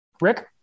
Rick